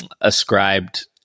ascribed